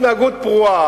התנהגות פרועה,